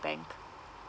bank